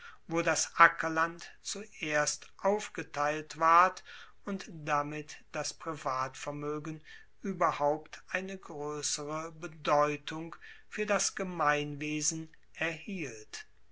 wo das ackerland zuerst aufgeteilt ward und damit das privatvermoegen ueberhaupt eine groessere bedeutung fuer das gemeinwesen erhielt